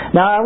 Now